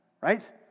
Right